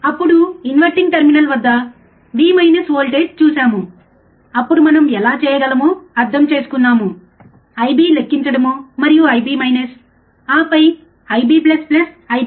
అప్పుడు inverting terminal వద్ద V voltage చూశాము అప్పుడు మనం ఎలా చేయగలమో అర్థం చేసుకున్నాము I B లెక్కించడము మరియు I B ఆపై మోడ్ I B